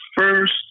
first